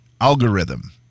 algorithm